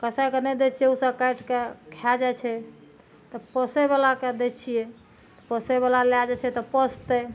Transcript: कसाइ कए नहि दै छियै ओ तऽ काटि कऽ खा जाइ छै तऽ पोसै बलाके दै छियै पोसै बला लए जाइ छै तऽ पोसतै